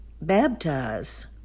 baptize